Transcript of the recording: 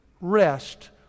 rest